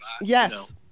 Yes